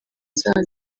zacyo